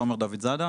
תומר דוד זאדה,